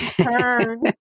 turn